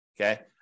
Okay